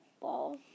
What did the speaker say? ball